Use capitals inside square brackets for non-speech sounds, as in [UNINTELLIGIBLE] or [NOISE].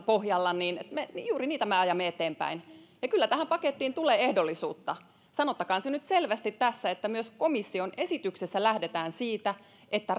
pohjalla juuri niitä me ajamme eteenpäin ja kyllä tähän pakettiin tulee ehdollisuutta sanottakoon se nyt selvästi tässä että myös komission esityksessä lähdetään siitä että [UNINTELLIGIBLE]